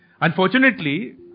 Unfortunately